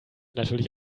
natürlich